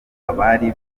abari